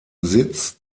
sitz